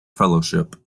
fellowship